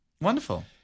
wonderful